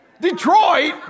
Detroit